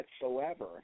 whatsoever